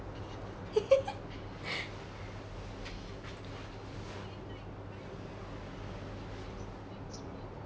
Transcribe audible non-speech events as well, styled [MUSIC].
[LAUGHS]